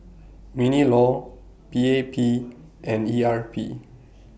Mini law P A P and E R P